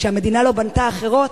והמדינה לא בנתה אחרות,